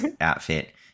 outfit